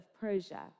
Persia